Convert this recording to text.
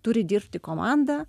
turi dirbti komanda